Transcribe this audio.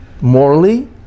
morally